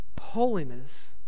holiness